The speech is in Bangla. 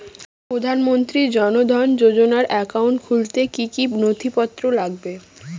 প্রধানমন্ত্রী জন ধন যোজনার একাউন্ট খুলতে কি কি নথিপত্র লাগবে?